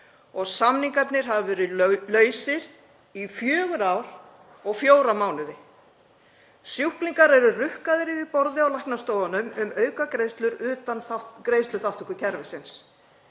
samningarnir hafa verið lausir í fjögur ár og fjóra mánuði. Sjúklingar eru rukkaðir yfir borðið á læknastofum um aukagreiðslur utan greiðsluþátttökukerfisins.